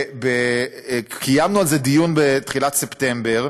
קיימנו על זה דיון בתחילת ספטמבר,